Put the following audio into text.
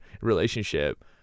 relationship